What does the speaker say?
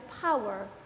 power